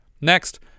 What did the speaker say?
Next